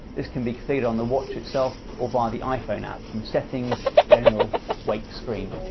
this can be configured on the watch itself or via the iphone app from settings general wake screen.